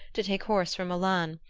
to take horse for milan,